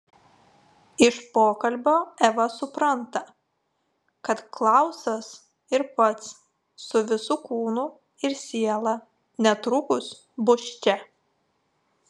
iš pokalbio eva supranta kad klausas ir pats su visu kūnu ir siela netrukus bus čia